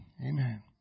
amen